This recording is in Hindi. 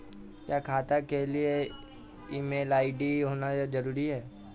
क्या खाता के लिए ईमेल आई.डी होना जरूरी है?